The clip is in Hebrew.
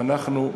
ואנחנו,